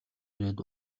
ирээд